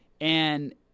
And-